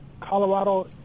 Colorado